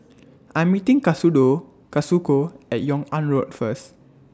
I'm meeting Katsudo Kazuko At Yung An Road First